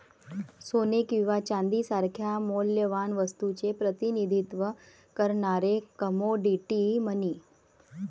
सोने किंवा चांदी सारख्या मौल्यवान वस्तूचे प्रतिनिधित्व करणारे कमोडिटी मनी